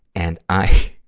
and i,